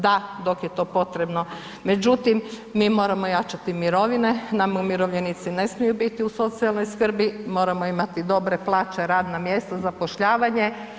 Da, dok je to potrebno, međutim, mi moramo jačati mirovine, nama umirovljenici ne smiju biti u socijalnoj skrbi, moramo imati dobre plaće, radna mjesta, zapošljavanje.